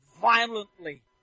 violently